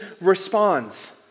responds